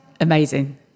amazing